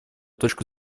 точку